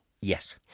Yes